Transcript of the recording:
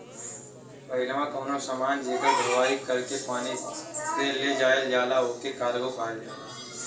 पहिलवा कउनो समान जेकर धोवाई कर के पानी में से ले जायल जाला ओके कार्गो कहल जाला